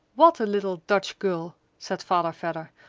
what a little dutch girl, said father vedder,